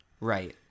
right